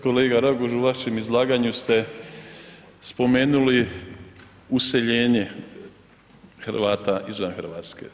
Kolega Raguž, u vašem izlaganju ste spomenuli useljenje Hrvata izvan Hrvatske.